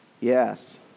Yes